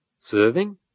serving